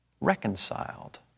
reconciled